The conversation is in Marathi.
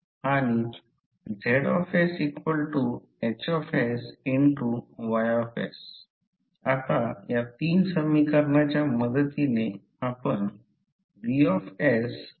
म्हणजे याचा अर्थ मॅग्नेटिक कोरमधील एअर गॅपने फ्लक्स फ्रिंज बाहेर पडून शेजारच्या एअर पाथमध्ये आकृती ४ मध्ये दाखवल्याप्रमाणे नॉन लिनियर पाथ घेतात